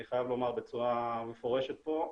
אני חייב לומר בצורה מפורשת פה,